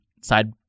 side